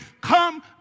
come